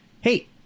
hey